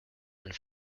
and